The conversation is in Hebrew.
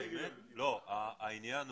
מה אגיד להם?